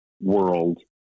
world